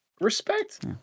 respect